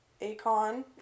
Akon